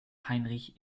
heinrich